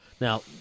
Now